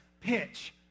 pitch